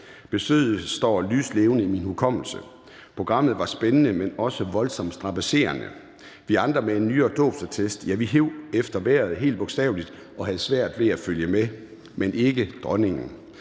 Besøget står lyslevende i min hukommelse. Programmet var spændende, men også voldsomt strabadserende. Vi andre med en nyere dåbsattest hev efter vejret, helt bogstaveligt, og havde svært ved at følge med – men ikke dronningen!